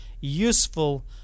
useful